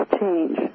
change